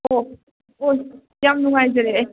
ꯑꯣ ꯑꯣ ꯌꯥꯝ ꯅꯨꯡꯉꯥꯏꯖꯔꯦ